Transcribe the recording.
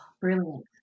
Brilliant